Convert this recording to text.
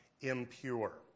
impure